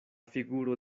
figuro